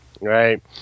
right